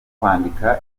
kwandika